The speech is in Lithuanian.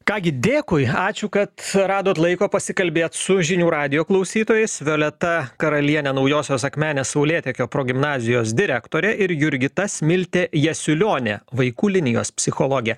ką gi dėkui ačiū kad radot laiko pasikalbėt su žinių radijo klausytojais violeta karalienė naujosios akmenė saulėtekio progimnazijos direktorė ir jurgita smiltė jasiulionienė vaikų linijos psichologė